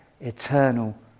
eternal